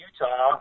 Utah